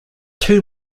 two